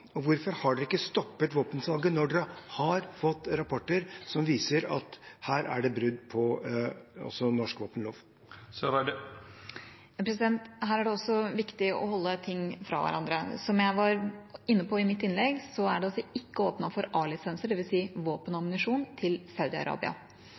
og hvorfor har de ikke stoppet våpensalget når de har fått rapporter som viser at det her er brudd på norsk våpenlov? Her er det viktig å holde ting fra hverandre. Som jeg var inne på i mitt innlegg, er det ikke åpnet for A-lisenser, dvs. våpen og ammunisjon, til Saudi-Arabia. Det er åpnet for våpen